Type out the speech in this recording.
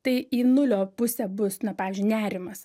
tai į nulio pusę bus na pavyzdžiui nerimas